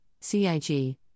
CIG